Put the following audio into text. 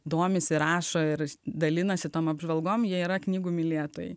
domisi rašo ir dalinasi tomą apžvalgoms jie yra knygų mylėtojai